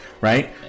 right